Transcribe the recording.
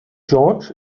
george’s